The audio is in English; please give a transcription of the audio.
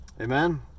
amen